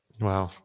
Wow